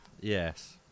Yes